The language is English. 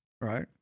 right